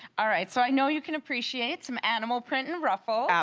all right, so i know you can appreciate some animal print and ruffles. yeah